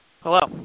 Hello